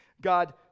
God